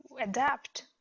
adapt